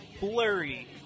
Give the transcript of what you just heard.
blurry